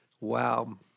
Wow